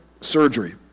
surgery